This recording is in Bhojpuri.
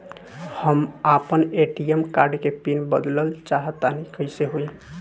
हम आपन ए.टी.एम कार्ड के पीन बदलल चाहऽ तनि कइसे होई?